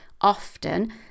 Often